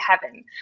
heaven